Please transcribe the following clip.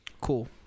Cool